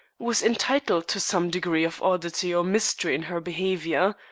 was entitled to some degree of oddity or mystery in her behavior.